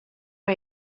are